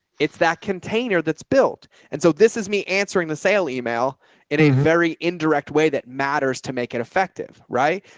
it's that container that's built. and so this is me answering the sale email in a very indirect way that matters to make it effective. right.